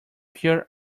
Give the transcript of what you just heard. pure